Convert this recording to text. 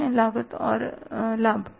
वे लागत और लाभ हैं